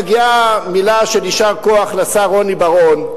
מגיעה מלה של יישר כוח לשר רוני בר-און,